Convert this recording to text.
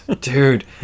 Dude